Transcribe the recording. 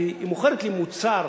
כי היא מוכרת לי מוצר,